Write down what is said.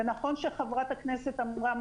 זה נכון שחברת הכנסת אמרה,